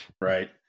Right